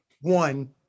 one